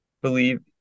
believe